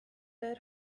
their